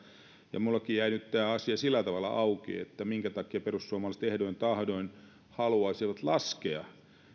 ja minullakin jäi nyt tämä asia sillä tavalla auki että minkä takia perussuomalaiset ehdoin tahdoin haluaisivat laskea